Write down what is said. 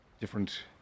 different